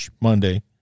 Monday